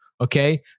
okay